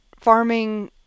farming